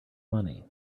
money